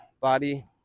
body